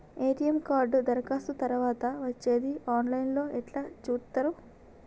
ATM card దరఖాస్తు తరువాత వచ్చేది ఆన్ లైన్ లో ఎట్ల చూత్తరు?